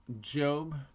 job